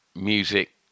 music